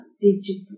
digital